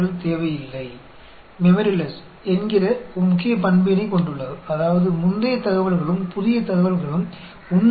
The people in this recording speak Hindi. सिर्फ इसलिए कि एक पिछली जानकारी हुई है या एक घटना हुई है इसका मतलब यह नहीं है कि सफल घटना पिछले घटना पर निर्भर होगी